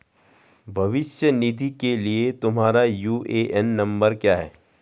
भविष्य निधि के लिए तुम्हारा यू.ए.एन नंबर क्या है?